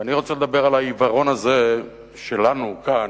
ואני רוצה לדבר על העיוורון הזה שלנו כאן,